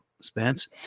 Spence